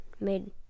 made